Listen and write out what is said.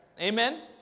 Amen